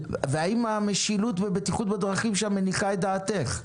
והאם המשילות בבטיחות בדרכים שם מניחה את דעתך?